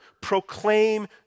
Proclaim